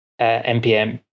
npm